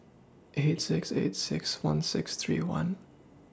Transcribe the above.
eight six eight six one six three one